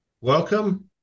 welcome